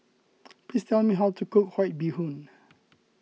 please tell me how to cook White Bee Hoon